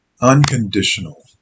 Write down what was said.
Unconditional